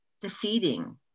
defeating